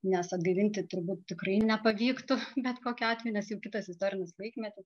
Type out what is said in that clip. nes atgaivinti turbūt tikrai nepavyktų bet kokiu atveju nes jau kitas istorinis laikmetis